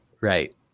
Right